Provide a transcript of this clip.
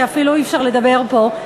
שאפילו אי-אפשר לדבר פה.